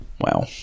wow